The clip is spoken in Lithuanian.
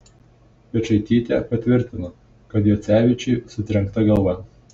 piečaitytė patvirtino kad juocevičiui sutrenkta galva